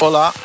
Olá